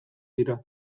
dira